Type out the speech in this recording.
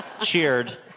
cheered